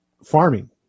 farming